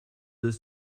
deux